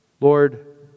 Lord